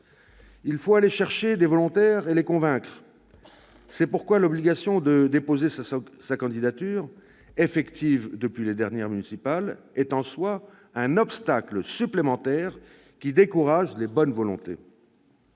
Il faut aller chercher des volontaires et les convaincre. C'est pourquoi l'obligation de déposer sa candidature, effective depuis les dernières municipales, est en soi un obstacle supplémentaire qui décourage les bonnes volontés.